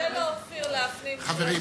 קשה לאופיר להפנים שיש משהו חדש,